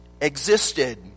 existed